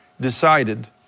DECIDED